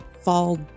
fall